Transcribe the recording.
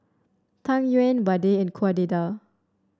Tang Yuen vadai and Kueh Dadar